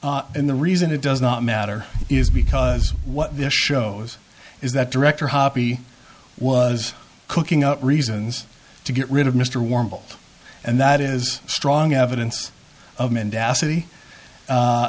honor and the reason it does not matter is because what this shows is that director hobby was cooking up reasons to get rid of mr warm and that is strong evidence of